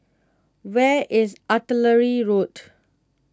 where is Artillery Road